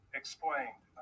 explained